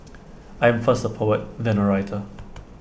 I am first A poet then A writer